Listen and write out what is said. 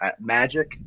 Magic